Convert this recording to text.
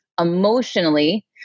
emotionally